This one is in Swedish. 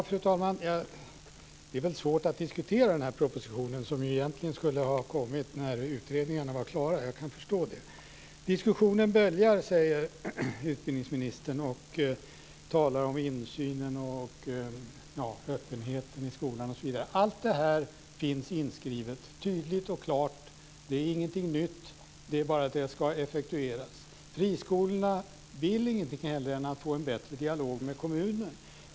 Fru talman! Det är väldigt svårt att diskutera den här propositionen, som egentligen skulle ha kommit efter det att utredningarna var klara. Diskussionen böljar, säger utbildningsministern och talar om insynen och öppenheten i skolan osv. Allt det här finns tydligt och klart inskrivet. Det är inget nytt - det ska bara effektueras. Friskolorna vill inget hellre än att få en bättre dialog med kommunerna.